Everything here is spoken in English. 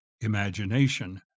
imagination